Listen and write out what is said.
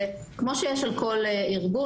כמו שיש על כל ארגון.